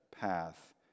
path